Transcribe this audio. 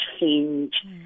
change